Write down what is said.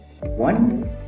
One